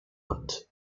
hand